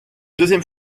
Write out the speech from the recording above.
deuxième